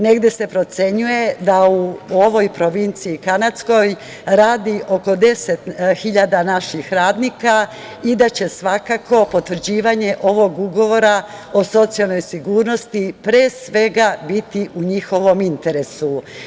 Negde se procenjuje da u ovoj provinciji kanadskoj radi oko deset hiljada naših radnika i da će svakako potvrđivanje ovog ugovora o socijalnoj sigurnosti pre svega biti u njihovom interesu.